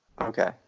Okay